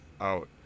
out